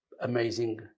Amazing